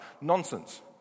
Nonsense